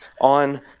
on